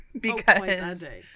because-